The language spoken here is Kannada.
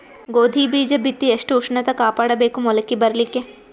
ಗೋಧಿ ಬೀಜ ಬಿತ್ತಿ ಎಷ್ಟ ಉಷ್ಣತ ಕಾಪಾಡ ಬೇಕು ಮೊಲಕಿ ಬರಲಿಕ್ಕೆ?